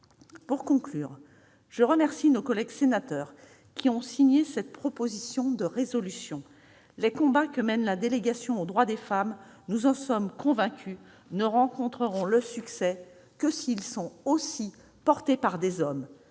Pour conclure, je remercie nos collègues sénateurs qui ont signé cette proposition de résolution. Les combats que mène la délégation aux droits des femmes, nous en sommes convaincus, ne rencontreront le succès que s'ils sont aussi portés par des hommes.